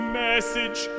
message